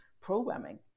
programming